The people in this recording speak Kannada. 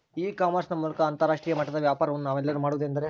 ಇ ಕಾಮರ್ಸ್ ನ ಮೂಲಕ ಅಂತರಾಷ್ಟ್ರೇಯ ಮಟ್ಟದ ವ್ಯಾಪಾರವನ್ನು ನಾವೆಲ್ಲರೂ ಮಾಡುವುದೆಂದರೆ?